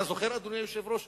אתה זוכר, אדוני היושב-ראש,